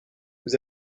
vous